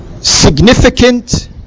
significant